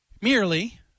merely